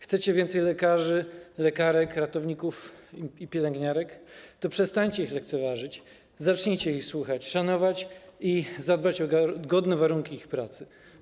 Chcecie więcej lekarzy, lekarek, ratowników i pielęgniarek, to przestańcie ich lekceważyć, zacznijcie ich słuchać, szanować i dbać o godne warunki ich pracy.